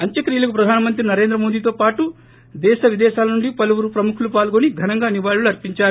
అంత్యక్రియలకు ప్రధానమంత్రి నరెంద్రమోదీతో పాటు దేశ విదేశాల నుండి పలువురు ప్రముఖులు పాల్గొని ఘనంగా నివాళులర్చించారు